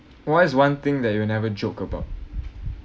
what is one thing that you will never joke about